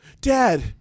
dad